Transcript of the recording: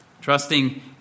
Trusting